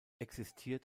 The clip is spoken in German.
existiert